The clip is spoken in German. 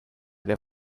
der